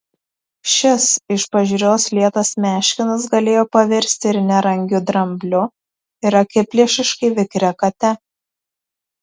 šis iš pažiūros lėtas meškinas galėjo pavirsti ir nerangiu drambliu ir akiplėšiškai vikria kate